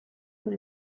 con